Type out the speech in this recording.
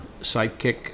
sidekick